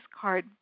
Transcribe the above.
card